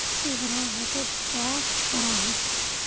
तुमरा वजन चाँ करोहिस?